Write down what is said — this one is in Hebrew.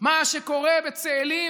מה שקורה בצאלים,